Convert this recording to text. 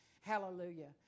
Hallelujah